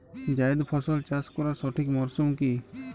জায়েদ ফসল চাষ করার সঠিক মরশুম কি?